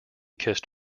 kissed